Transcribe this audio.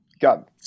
got